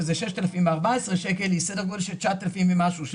שזה 6,014 שקלים היא סדר גודל של 9,000 ומשהו שקלים.